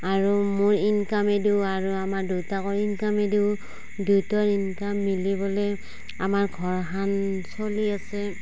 আৰু মোৰ ইনকামেদিও আৰু আমাৰ দেউতাকৰ ইনকামেদিও দুয়োটাৰ ইনকাম মিলি পেলাই আমাৰ ঘৰখন চলি আছে